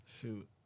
Shoot